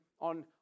on